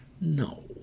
No